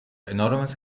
enormes